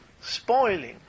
Spoiling